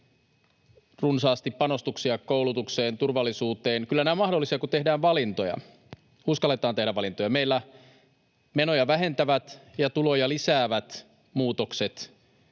runsaasti panostuksia koulutukseen, turvallisuuteen — kyllä nämä ovat mahdollisia, kun tehdään valintoja, uskalletaan tehdä valintoja. Meillä menoja vähentävät ja tuloja lisäävät muutokset